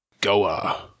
Goa